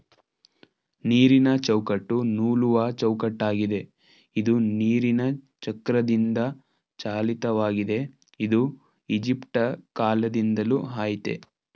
ನೀರಿನಚೌಕಟ್ಟು ನೂಲುವಚೌಕಟ್ಟಾಗಿದೆ ಇದು ನೀರಿನಚಕ್ರದಿಂದಚಾಲಿತವಾಗಿದೆ ಇದು ಈಜಿಪ್ಟಕಾಲ್ದಿಂದಲೂ ಆಯ್ತೇ